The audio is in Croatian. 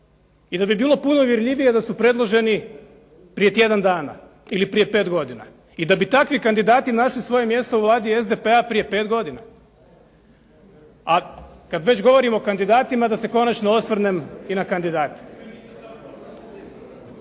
i da bi bilo puno uvjerljivije da su predloženi prije tjedan dana ili prije pet godina i da bi takvi kandidati našli svoje mjesto u Vladi SDP-a prije pet godina. A kada već govorim o kandidatima, da se konačno osvrnem i na kandidate.